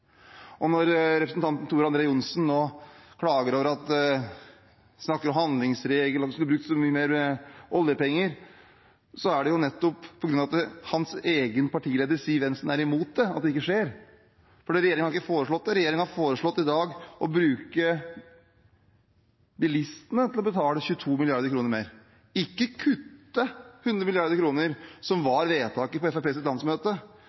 landsmøtevedtak. Når representanten Tor André Johnsen nå klager over og snakker om handlingsregelen, om at de skulle ha brukt så mye mer oljepenger, er det nettopp på grunn av at hans egen partileder, Siv Jensen, er imot det, at det ikke skjer. Regjeringen har ikke foreslått det. Regjeringen har foreslått å bruke bilistene til å betale 22 mrd. kr mer, ikke kutte 100 mrd. kr, som var vedtaket på Fremskrittspartiets landsmøte.